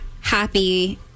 happy